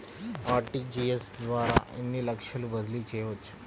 RTGS ద్వారా ఎన్ని లక్షలు బదిలీ చేయవచ్చు?